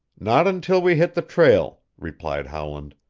not until we hit the trail, replied howland.